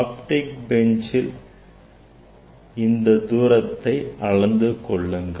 Optic benchல் இந்த தூரத்தை அளந்து குறித்துக்கொள்ளுங்கள்